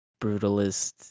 brutalist